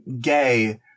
gay